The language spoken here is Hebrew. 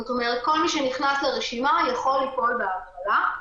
זאת אומרת, כל מי שנכנס לרשימה יכול ליפול בהגרלה.